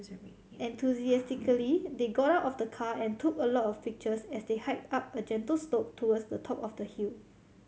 enthusiastically they got out of the car and took a lot of pictures as they hiked up a gentle slope towards the top of the hill